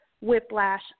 whiplash